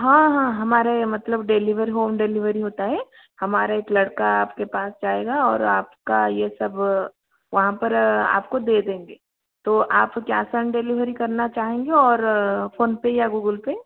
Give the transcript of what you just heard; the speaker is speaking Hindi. हाँ हाँ हमारे मतलब डेलीवर होम डेलीवरी होती है हमारा एक लड़का आपके पास जाएगा और आपका ये सब वहाँ पर आपको दे देंगे तो आप कैश आन डेलीवरी करना चाहेंगे और फोनपे या गूगल पे